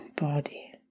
body